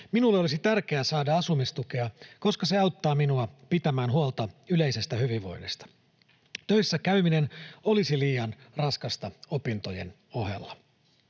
Minulle olisi tärkeää saada asumistukea, koska se auttaa minua pitämään huolta yleisestä hyvinvoinnista. Töissä käyminen olisi liian raskasta opintojen ohella.”